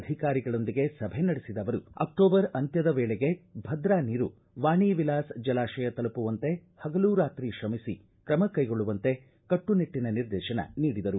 ಅಧಿಕಾರಿಗಳೊಂದಿಗೆ ಸಭೆ ನಡೆಸಿದ ಅವರು ಅಕ್ಷೋಬರ್ ಅಂತ್ಯದ ವೇಳೆಗೆ ಭದ್ರಾ ನೀರು ವಾಣಿವಿಲಾಸ ಜಲಾಶಯ ತಲುಪುವಂತೆ ಹಗಲು ರಾತ್ರಿ ಶ್ರಮಿಸಿ ಕ್ರಮ ಕೈಗೊಳ್ಳುವಂತೆ ಕಟ್ಟುನಿಟ್ಟನ ನಿರ್ದೇಶನ ನೀಡಿದರು